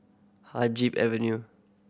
Haig Avenue